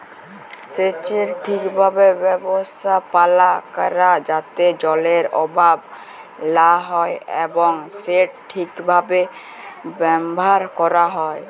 সেচের ঠিকভাবে ব্যবস্থাপালা ক্যরা যাতে জলের অভাব লা হ্যয় এবং সেট ঠিকভাবে ব্যাভার ক্যরা হ্যয়